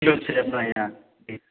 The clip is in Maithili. किलो छै अपना इहाँ ई